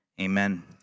amen